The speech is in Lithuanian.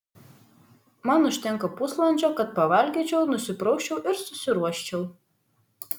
man užtenka pusvalandžio kad pavalgyčiau nusiprausčiau ir susiruoščiau